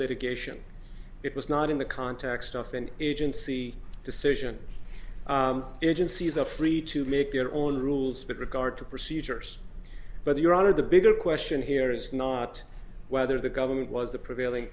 litigation it was not in the context of an agency decision agencies are free to make their own rules but regard to procedures but your honor the bigger question here is not whether the government was the prevailing